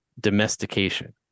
domestication